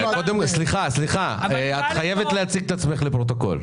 סליחה, את חייבת להציג את עצמך לפרוטוקול.